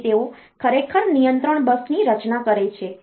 તેથી તેઓ ખરેખર નિયંત્રણ બસની રચના કરે છે